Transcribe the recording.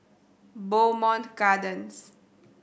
Bowmont Gardens